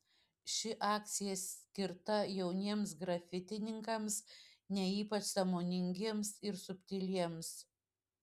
ši akcija skirta jauniems grafitininkams ne ypač sąmoningiems ir subtiliems